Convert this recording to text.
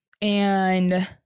and-